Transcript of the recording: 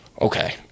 Okay